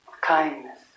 kindness